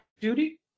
duty